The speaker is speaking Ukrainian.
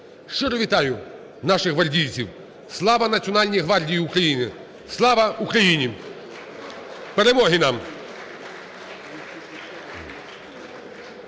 Щиро вітаю наших гвардійців! Слава Національній гвардії України! Слава Україні! Перемоги нам!